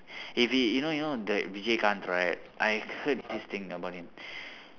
if he you know you know that vijayakanth right I heard this thing about him